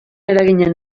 eraginen